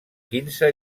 quinze